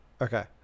Okay